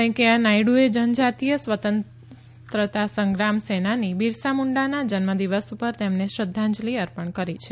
વેકૈયા નાયડુએ જનજાતીય સ્વંત્રતા સંગ્રામ સેનાની બિરસા મુંડાના જન્મ દિવસ પર તેમને શ્રધ્ધાંજલી અર્પણ કરી છે